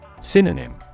Synonym